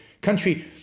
country